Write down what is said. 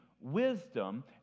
wisdom